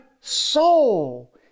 soul